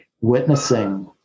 witnessing